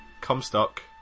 Comstock